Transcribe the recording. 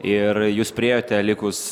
ir jūs priėjote likus